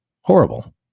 Horrible